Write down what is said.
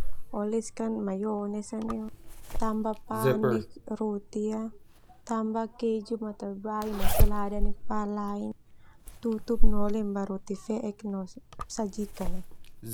Oleskan mayones tambah pan neu roti tambah keju matabai no salada beu pa lain tutup no lembar roti feek no sajikan.